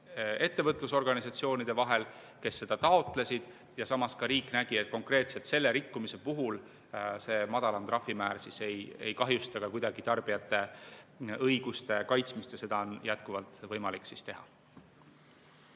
ettevõtlusorganisatsioonide vahel, kes seda taotlesid, ja ka riik nägi, et konkreetselt selle rikkumise puhul madalam trahvimäär ei kahjusta kuidagi tarbijate õiguste kaitsmist ja seda on jätkuvalt võimalik teha.